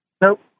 Nope